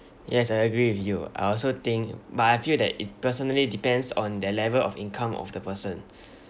yes I agree with you I also think but I feel that it personally depends on their level of income of the person